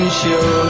show